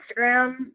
Instagram